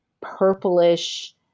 purplish